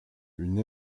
une